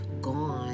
gone